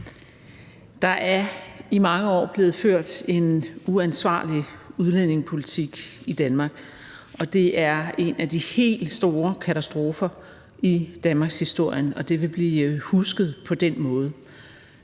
Der er i mange år blevet ført en uansvarlig udlændingepolitik i Danmark, og det er en af de helt store katastrofer i danmarkshistorien, og det vil blive husket på den måde.